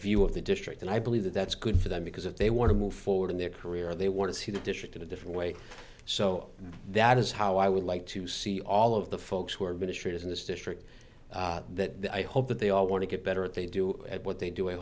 of the district and i believe that that's good for them because if they want to move forward in their career they want to see the district in a different way so that is how i would like to see all of the folks who are mistreated in this district that i hope that they all want to get better at they do at what they do